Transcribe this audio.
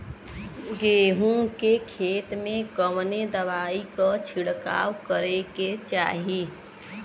गेहूँ के खेत मे कवने दवाई क छिड़काव करे के चाही?